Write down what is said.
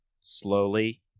slowly